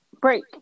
Break